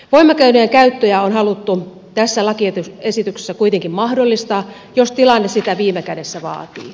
voimakeinojen käyttöä on haluttu tässä lakiesityksessä kuitenkin mahdollistaa jos tilanne sitä viime kädessä vaatii